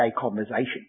conversation